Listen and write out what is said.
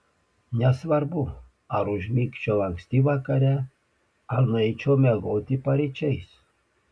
nesvarbu ar užmigčiau anksti vakare ar nueičiau miegoti paryčiais